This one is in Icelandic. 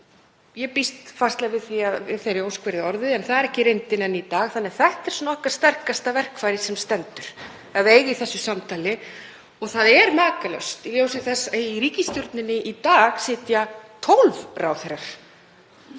Ég býst fastlega við því að við þeirri ósk verði orðið. En sú er ekki reyndin í dag, þannig að þetta er okkar sterkasta verkfæri sem stendur að eiga í þessu samtali. Það er makalaust í ljósi þess að í ríkisstjórninni í dag sitja 12 ráðherrar.